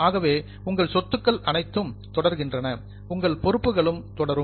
ஆகவே உங்கள் சொத்துக்கள் அனைத்தும் தொடர்கின்றன உங்கள் பொறுப்புகளும் தொடரும்